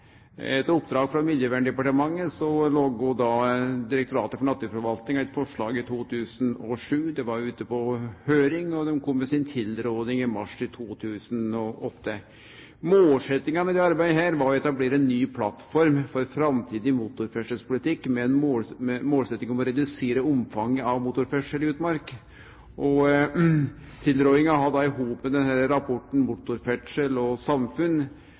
Etter oppdrag frå Miljøverndepartementet laga Direktoratet for naturforvaltning eit forslag i 2007. Det var ute på høyring, og dei kom med si tilråding i mars 2008. Målsetjinga med dette arbeidet var å etablere ei ny plattform for framtidig motorferdselspolitikk – ei målsetjing om å redusere omfanget av motorferdsel i utmark. Tilrådinga har saman med rapporten Motorferdsel og samfunn